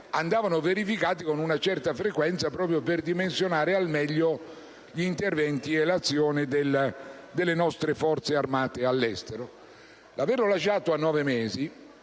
andavano verificate con una certa frequenza, proprio per dimensionare al meglio gli interventi e le azioni delle nostre Forze armate all'estero. Aver prorogato le